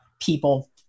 people